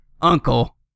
Uncle